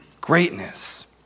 greatness